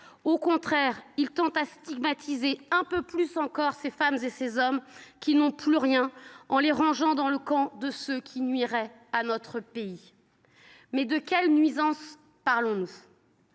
au contraire, il tend à stigmatiser un peu plus encore ces femmes et ces hommes qui n’ont plus rien en les rangeant dans le camp de ceux qui nuiraient à notre pays. Mais de quelle nuisance parlons nous ?